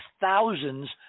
thousands